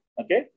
Okay